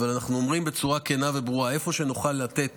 אבל אנחנו אומרים בצורה ברורה וכנה: איפה שנוכל לתת